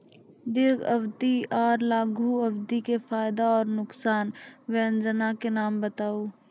दीर्घ अवधि आर लघु अवधि के फायदा आर नुकसान? वयोजना के नाम बताऊ?